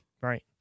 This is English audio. Right